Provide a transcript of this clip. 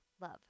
love